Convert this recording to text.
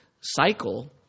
cycle